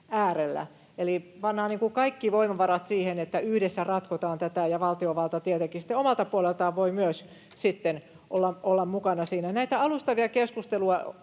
äärellä. Eli pannaan kaikki voimavarat siihen, että yhdessä ratkotaan tätä, ja valtiovalta tietenkin omalta puoleltaan voi myös sitten olla mukana siinä. Näitä alustavia keskusteluja